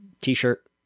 t-shirt